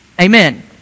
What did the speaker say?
Amen